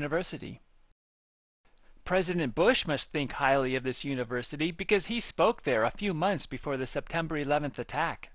university president bush must think highly of this university because he spoke there a few months before the september eleventh attack